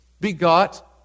begot